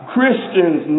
Christians